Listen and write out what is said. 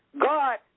God